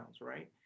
right